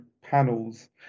panels